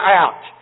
out